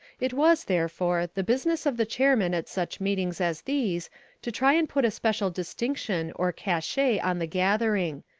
it was, therefore, the business of the chairman at such meetings as these to try and put a special distinction or cachet on the gathering.